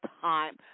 time